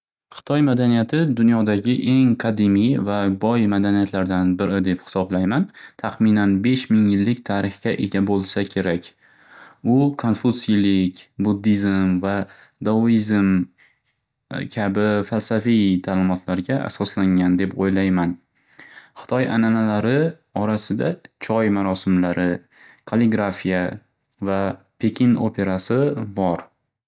Xitoy madaniyati dunyodagi eng qadimiy va boy madaniyatlardan biri deb hisoblayman. Taxminan besh ming yillik tarixga ega bo'lsa kerak. U konfutsilik, buddizim va douizm kabi falsafiy ta'limotlarga asoslangan deb o'ylayman. Xitoy ananalari choy marosimlari, caligrafia va pekin operasi bor.